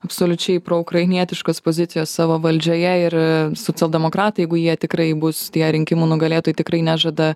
absoliučiai proukrainietiškos pozicijos savo valdžioje ir socialdemokratai jeigu jie tikrai bus tie rinkimų nugalėtojai tikrai nežada